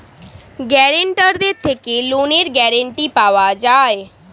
গ্যারান্টারদের থেকে লোনের গ্যারান্টি পাওয়া যায়